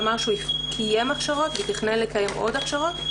שאמר שהוא קיים הכשרות ותכנן לקיים עוד הכשרות,